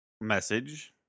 message